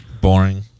Boring